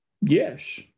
Yes